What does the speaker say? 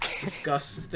Discuss